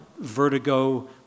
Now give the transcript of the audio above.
vertigo